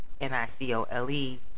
N-I-C-O-L-E